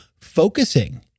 focusing